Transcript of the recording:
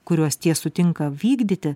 kuriuos tie sutinka vykdyti